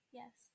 yes